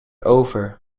over